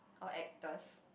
or actors